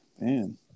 man